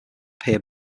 pier